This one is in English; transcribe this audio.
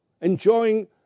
enjoying